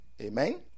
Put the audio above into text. Amen